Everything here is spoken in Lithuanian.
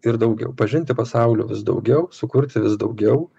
ir daugiau pažinti pasaulio vis daugiau sukurti vis daugiau